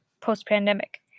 post-pandemic